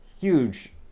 Huge